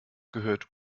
gehört